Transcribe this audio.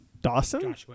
Dawson